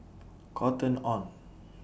Cotton on